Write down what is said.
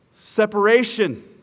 Separation